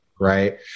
right